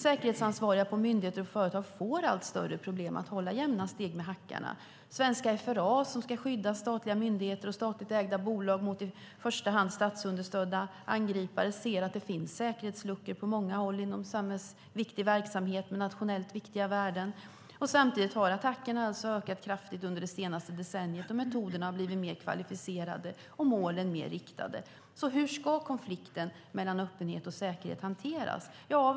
Säkerhetsansvariga på myndigheter och företag får allt större problem att hålla jämna steg med hackarna. Svenska FRA, som ska skydda statliga myndigheter och statligt ägda bolag mot i första hand statsunderstödda angripare, ser att det finns säkerhetsluckor på många håll inom samhällsviktig verksamhet med nationellt viktiga värden. Samtidigt har alltså attackerna ökat kraftigt under det senaste decenniet, och metoderna har blivit mer kvalificerade och målen mer riktade. Hur ska konflikten mellan öppenhet och säkerhet hanteras?